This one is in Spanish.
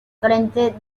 frente